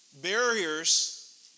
Barriers